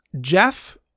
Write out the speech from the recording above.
Jeff